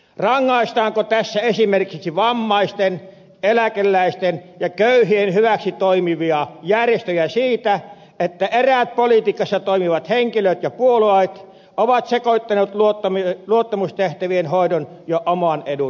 rangaistaanko tässä esimerkiksi vammaisten eläkeläisten ja köyhien hyväksi toimivia järjestöjä siitä että eräät politiikassa toimivat henkilöt ja puolueet ovat sekoittaneet luottamustehtävien hoidon ja oman edun keskenään